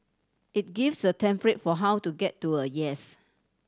it gives a template for how to get to a yes